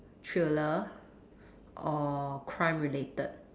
thriller or crime related